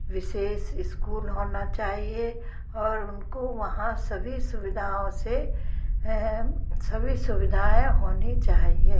विशेष school होना चाहिए और उनको वहाँ सभी सुविधाओं से सभी सुविधाएँ होनी चाहिए